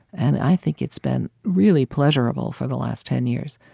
and i think it's been really pleasurable, for the last ten years,